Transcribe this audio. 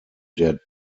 der